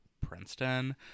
Princeton